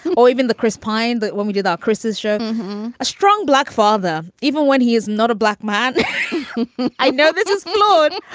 um even the chris pyne. but when we do that, chris is shown a strong black father, even when he is not a black man i know this is lord. oh,